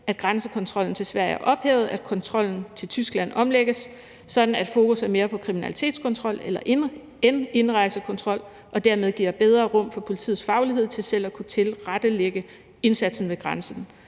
at grænsekontrollen til Sverige er ophævet, og at kontrollen til Tyskland omlægges, sådan at fokus er mere på kriminalitetskontrol end indrejsekontrol – og dermed giver bedre rum for politiets faglighed til selv at kunne tilrettelægge indsatsen ved grænsen.